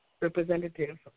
representative